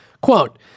Quote